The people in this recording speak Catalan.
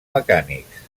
mecànics